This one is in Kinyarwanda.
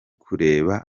kureba